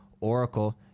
Oracle